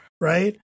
right